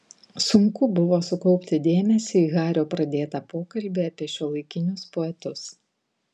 sunku buvo sukaupti dėmesį į hario pradėtą pokalbį apie šiuolaikinius poetus